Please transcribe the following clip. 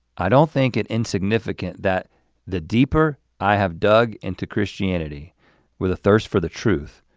i don't think it insignificant that the deeper i have dug into christianity with a thirst for the truth,